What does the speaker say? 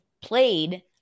played